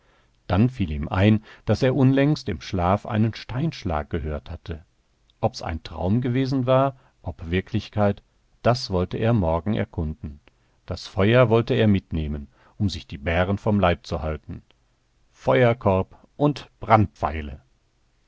dann fiel ihm ein daß er unlängst im schlaf einen steinschlag gehört hatte ob's ein traum gewesen war ob wirklichkeit das wollte er morgen erkunden das feuer wollte er mitnehmen um sich die bären vom leib zu halten feuerkorb und brandpfeile